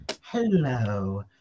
Hello